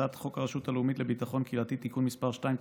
הצעת חוק הרשות הלאומית לביטחון קהילתי (תיקון מס' 2),